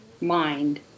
mind